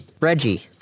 Reggie